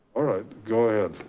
all right go ahead.